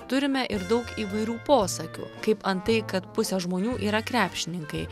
turime ir daug įvairių posakių kaip antai kad pusė žmonių yra krepšininkai